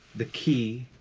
the key,